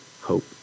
hope